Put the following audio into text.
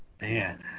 man